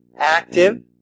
Active